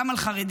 גם על חרדים.